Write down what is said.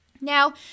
now